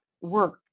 work